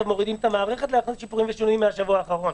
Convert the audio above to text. מורידים את המערכת כדי לעשות שינויים ושיפורים מהשבוע האחרון.